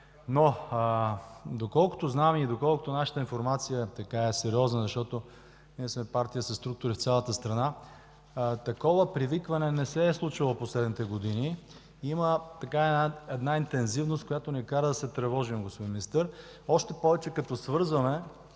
да потъне. Доколкото нашата информация е сериозна, защото ние сме партия със структури в цялата страна, такова привикване не се е случвало в последните години. Има една интензивност, която ни кара да се тревожим, господин Министър. Още повече, като свързваме